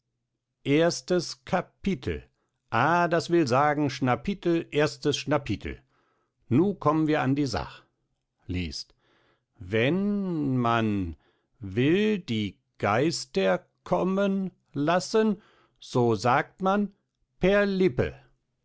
erstes kapitel ah das will sagen schnapitel erstes schnapitel nu kommen wir an die sach liest wenn man will die geister kommen laßen so sagt man perlippe